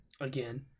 Again